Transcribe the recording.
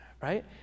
Right